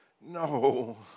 no